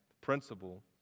principle